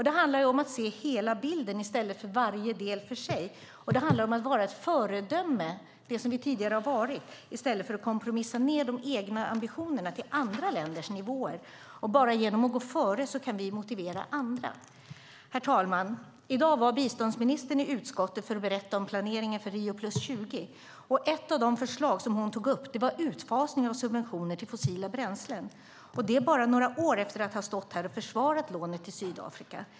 Det handlar om att se hela bilden i stället för varje del för sig, och det handlar om att vara ett föredöme, det som vi tidigare har varit, i stället för att kompromissa ned de egna ambitionerna till andra länders nivåer. Bara genom att gå före kan vi motivera andra. Herr talman! I dag var biståndsministern i utskottet för att berätta om planeringen inför Rio + 20. Ett av de förslag som hon tog upp var utfasningen av subventioner till fossila bränslen, och det bara några år efter att ha stått här och försvarat lånet till Sydafrika.